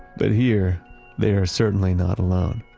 but here they are certainly not alone.